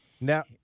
Now